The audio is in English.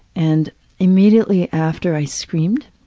and immediately after i screamed,